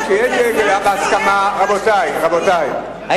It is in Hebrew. השר סיים, ביקשתי להצביע.